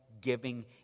giving